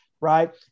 right